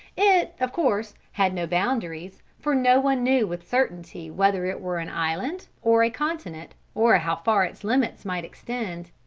it, of course, had no boundaries, for no one knew with certainty whether it were an island or a continent, or how far its limits might extend.